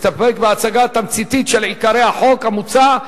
אסתפק בהצגה תמציתית של עיקרי החוק המוצע,